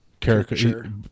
character